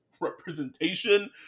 representation